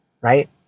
right